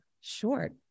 short